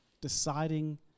deciding